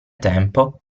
tempo